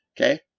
Okay